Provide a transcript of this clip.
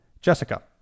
Jessica